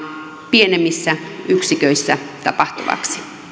pienemmissä yksiköissä tapahtuvaksi